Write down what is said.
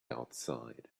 outside